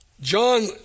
John